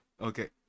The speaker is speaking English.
Okay